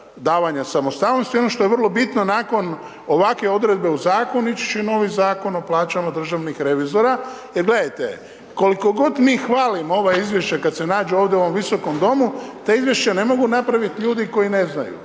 davanja samostalnosti. Ono što je vrlo bitno, nakon ovakve odredbe u zakonu, ići će novi Zakon o plaćama državnih revizora, jer gledajte, koliko god mi hvalimo ova izvješća kad se nađu ovdje u ovom Visokom domu, ta izvješća ne mogu napravit ljudi koji ne znaju,